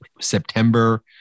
September